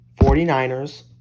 49ers